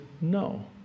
no